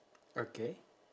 okay